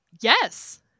Yes